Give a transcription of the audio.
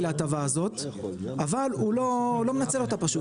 להטבה הזאת אבל הוא לא מנצל אותה פשוט,